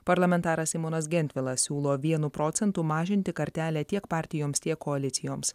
parlamentaras simonas gentvilas siūlo vienu procentu mažinti kartelę tiek partijoms tiek koalicijoms